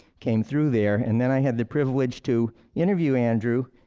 came through there. and then i had the privilege to interview andrew.